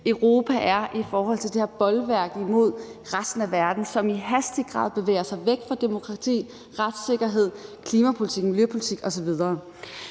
Europa er i forhold til det her bolværk imod resten af verden, som i hastig grad bevæger sig væk fra demokrati, retssikkerhed, klimapolitik, miljøpolitik osv.